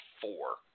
four